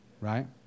right